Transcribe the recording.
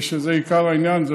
שזה עיקר העניין.